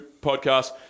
podcast